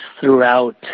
throughout